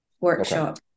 workshop